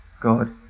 God